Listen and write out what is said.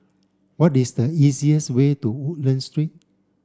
what is the easiest way to Woodlands Street